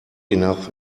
enough